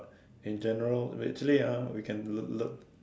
in general actually ah we can look look